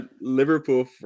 liverpool